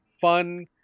fun